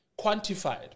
quantified